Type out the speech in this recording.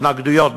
התנגדויות,